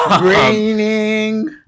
raining